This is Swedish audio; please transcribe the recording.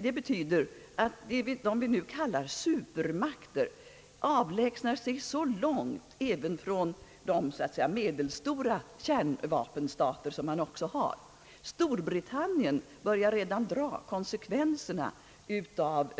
Det betyder att de s.k. supermakterna avlägsnar sig långt även från de medelstora kärnvapenstaterna. Storbritannien börjar redan dra konsekvenserna av